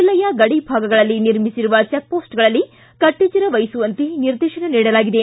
ಜಿಲ್ಲೆಯ ಗಡಿ ಭಾಗಗಳಲ್ಲಿ ನಿರ್ಮಿಸಿರುವ ಚೆಕ್ಮೋಸ್ಟ್ಗಳಲ್ಲಿ ಕಟ್ಟೆಚ್ವರ ವಹಿಸುವಂತೆ ನಿರ್ದೇಶನ ನೀಡಲಾಗಿದೆ